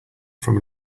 from